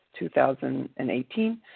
2018